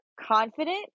confident